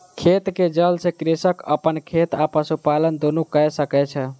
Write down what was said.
खेत के जल सॅ कृषक अपन खेत आ पशुपालन दुनू कय सकै छै